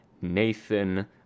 Nathan